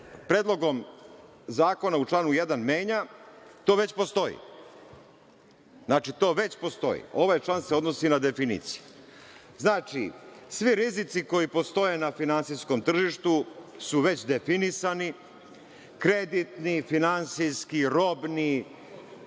predlogom zakona u članu 1. menja, to već postoji. Znači, to već postoji. Ovaj član se odnosi na definicije. Znači, svi rizici koji postoje na finansijskom tržištu su već definisani, kreditni, finansijski, robni,